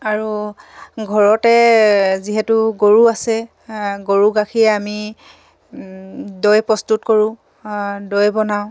আৰু ঘৰতে যিহেতু গৰু আছে গৰু গাখীৰে আমি দৈ প্ৰস্তুত কৰোঁ দৈ বনাওঁ